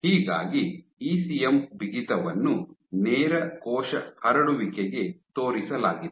ಹೀಗಾಗಿ ಇಸಿಎಂ ಬಿಗಿತವನ್ನು ನೇರ ಕೋಶ ಹರಡುವಿಕೆಗೆ ತೋರಿಸಲಾಗಿದೆ